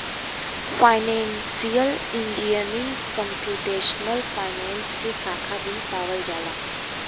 financial engineering computational finance के साखा भी पावल जाला